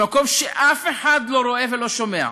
במקום שאף אחד לא רואה ולא שומע.